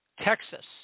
Texas